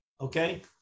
okay